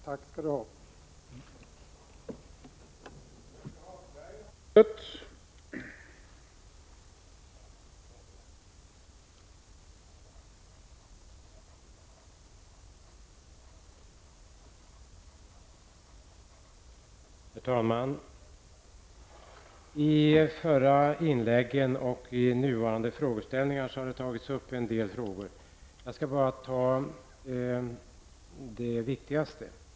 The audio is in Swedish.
Tack skall du ha!